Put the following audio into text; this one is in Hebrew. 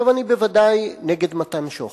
אני בוודאי נגד מתן שוחד,